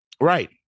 Right